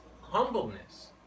humbleness